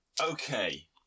Okay